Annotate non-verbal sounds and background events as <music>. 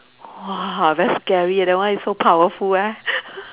!wah! very scary that one is so powerful eh <laughs>